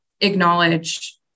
acknowledge